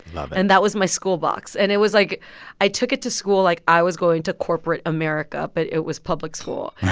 love it. and that was my school box. and it was like i took it to school like i was going to corporate america, but it was public school.